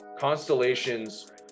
Constellations